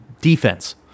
defense